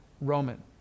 Roman